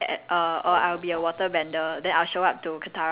and then be friends with toph cause I love her so much